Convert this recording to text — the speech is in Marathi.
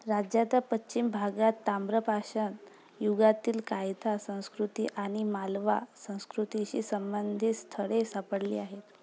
राज्याता पश्चिम भागात ताम्रपाषाणयुगातील कायदा संस्कृती आणि मालवा संस्कृतीशी संबंधित स्थळे सापडली आहेत